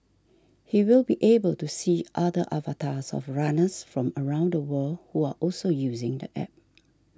he will be able to see other avatars of runners from around the world who are also using the App